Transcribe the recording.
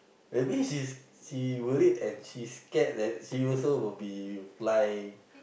that means she's she worried and she scared that she also will be fly